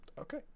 Okay